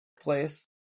place